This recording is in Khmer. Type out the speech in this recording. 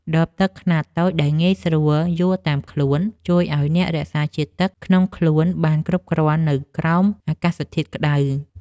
ដបទឹកខ្នាតតូចដែលងាយស្រួលយួរតាមខ្លួន ជួយឱ្យអ្នករក្សាជាតិទឹកក្នុងខ្លួនបានគ្រប់គ្រាន់នៅក្រោមអាកាសធាតុក្ដៅ។